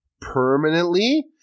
permanently